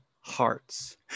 hearts